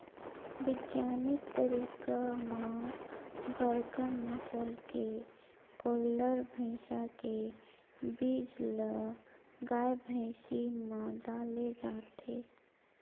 बिग्यानिक तरीका म बड़का नसल के गोल्लर, भइसा के बीज ल गाय, भइसी म डाले जाथे